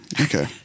Okay